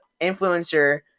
influencer